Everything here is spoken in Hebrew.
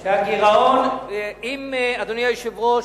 אם, אדוני היושב-ראש,